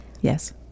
Yes